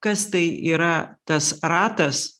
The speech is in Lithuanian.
kas tai yra tas ratas